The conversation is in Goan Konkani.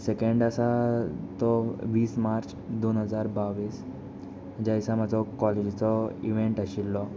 सेकेंड आसा तो वीस मार्च दोन हजार बावीस ज्या दिसा म्हजो कॉलेजीचो इवेंट आशिल्लो